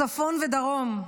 צפון ודרום,